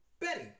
Betty